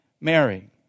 Mary